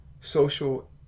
social